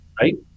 right